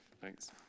Thanks